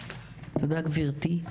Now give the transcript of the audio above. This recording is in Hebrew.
תודה גברתי.